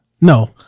No